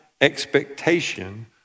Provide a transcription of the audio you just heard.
expectation